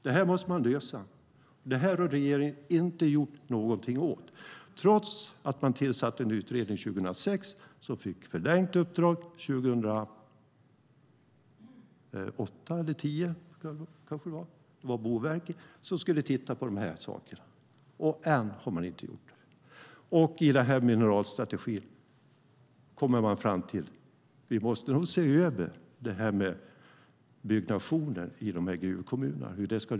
Detta måste man lösa, men regeringen har inte gjort någonting åt det trots att man tillsatte en utredning 2006 som fick förlängt uppdrag till 2008 eller 2010, tror jag att det var. Det var Boverket som skulle titta på de här sakerna. Ännu har man inte gjort något. I mineralstrategin kommer man fram till att man nog måste se över hur man ska lösa byggnationen i gruvkommunerna.